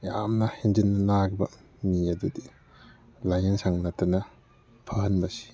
ꯌꯥꯝꯅ ꯍꯦꯟꯖꯤꯟꯅ ꯅꯥꯈꯤꯕ ꯃꯤ ꯑꯗꯨꯗꯤ ꯂꯥꯏꯌꯦꯡ ꯁꯪ ꯅꯠꯇꯅ ꯐꯍꯟꯕꯁꯤ